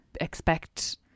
expect